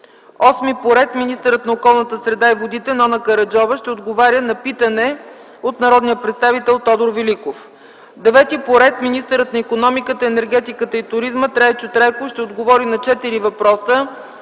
Кутев. 8. Министърът на околната среда и водите Нона Караджова ще отговори на питане от народния представител Тодор Великов. 9. Министърът на икономиката, енергетиката и туризма Трайчо Трайков ще отговори на 4 въпроса